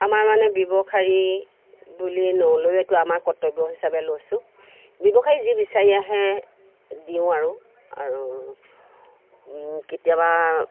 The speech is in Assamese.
আমাৰ মানে ব্যৱসায়ী বুলি নলয়েতো আমাৰ কৰ্তব্য হিচাপে লৈছোঁ ব্যৱসায়ী যি বিচাৰি আহে দিওঁ আৰু আৰু কেতিয়াবা